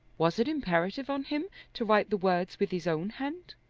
was it imperative on him to write the words with his own hand?